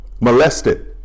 molested